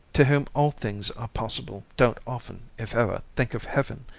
to whom all things are possible, don't often, if ever, think of heaven.